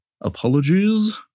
Apologies